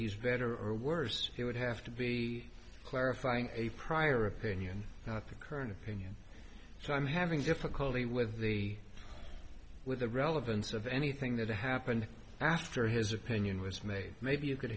he's better or worse he would have to be clarifying a prior opinion not the current opinion so i'm having difficulty with the with the relevance of anything that happened after his opinion was made maybe you could